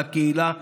לקהילה,